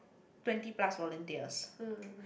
twenty plus volunteers